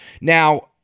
Now